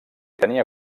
tenia